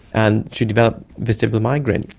and she developed vestibular migraine.